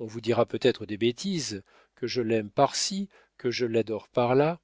on vous dira peut-être des bêtises que je l'aime par ci que je l'adore par là